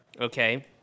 Okay